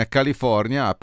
California